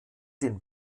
den